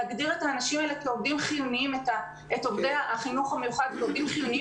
להגדיר את עובדי החינוך המיוחד כעובדים חיוניים